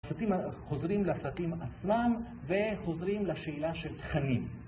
הסרטים חוזרים לסרטים עצמם, וחוזרים לשאלה של תכנים